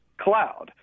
cloud